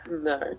no